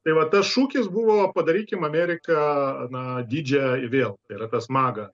tai va tas šūkis buvo padarykim ameriką na didžią vėl tai yra tas maga